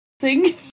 sing